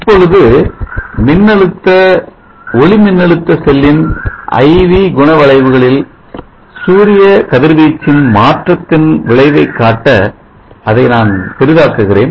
இப்பொழுது ஒளிமின்னழுத்த செல்லின் I V குண வளைவுகளில் சூரிய கதிர் வீச்சின் மாற்றத்தின் விளைவை காட்ட அதை நான் பெரிதாக்குகிறேன்